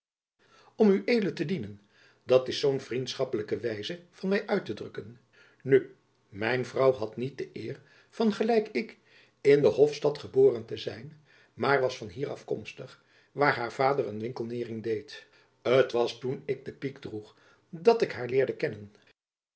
om ued te dienen dat is zoo'n vriendschappelijke wijze van my uit te drukken nu mijn vrouw had niet de eer van gelijk ik in de hofstad geboren te zijn maar was van hier afkomstig waar haar vader een winkelnering deed t was toen ik de piek droeg dat ik haar leerde kennen